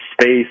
space